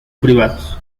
privados